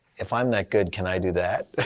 if i'm that good, can i do that?